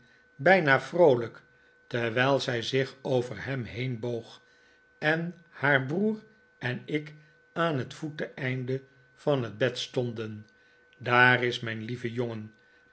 bijna vroolijk terwijl zij zich over hem heen boog en haar broer en ik aan het voeteneinde van het bed stonden daar is mijn lieve jongen